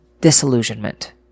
disillusionment